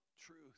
truth